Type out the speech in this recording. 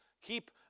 keep